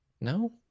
No